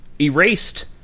erased